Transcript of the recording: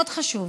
מאוד חשוב,